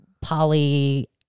poly